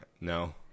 no